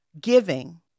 giving